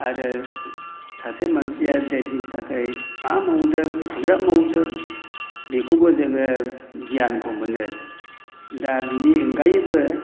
आरो सासे मानसिया देशनि थाखाय मा मावदों बेसेग्राब मावदों बेखौबो जोङो गियानखौ मोनो दा बेनि अनगायैबो